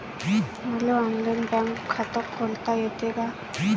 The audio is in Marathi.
मले ऑनलाईन बँक खात खोलता येते का?